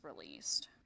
released